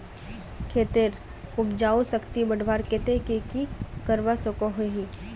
खेतेर उपजाऊ शक्ति बढ़वार केते की की करवा सकोहो ही?